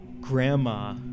grandma